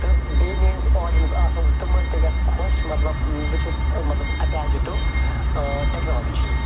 تہٕ بییٚہِ میٛٲنِس آڈینٕس آسَن وُچھہِ تِمن تہِ گژھہِ خۄش مطلب بہِ چھُس مطلب اَٹیچِڈ ٹُو ٲں ٹیٚکنالوجی